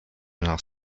nach